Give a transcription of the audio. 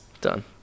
Done